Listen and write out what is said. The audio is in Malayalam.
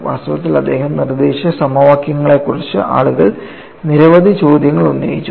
വാസ്തവത്തിൽ അദ്ദേഹം നിർദ്ദേശിച്ച സമവാക്യങ്ങളെക്കുറിച്ച് ആളുകൾ നിരവധി ചോദ്യങ്ങൾ ഉന്നയിച്ചു